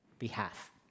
behalf